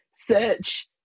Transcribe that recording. search